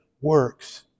works